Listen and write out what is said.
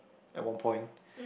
at one point